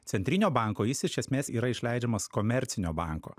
centrinio banko jis iš esmės yra išleidžiamas komercinio banko